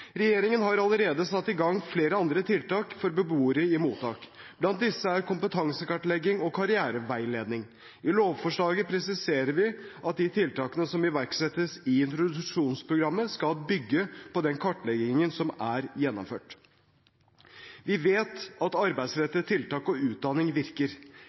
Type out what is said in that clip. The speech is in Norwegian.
Regjeringen har allerede satt i gang flere andre tiltak for beboere i mottak. Blant disse er kompetansekartlegging og karriereveiledning. I lovforslaget presiserer vi at de tiltakene som iverksettes i introduksjonsprogrammet, skal bygge på den kartleggingen som er gjennomført. Vi vet at arbeidsrettede tiltak og utdanning virker.